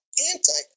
Anti